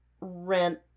Rent